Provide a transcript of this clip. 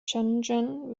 shenzhen